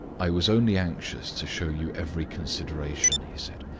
i was only anxious to show you every consideration, he said.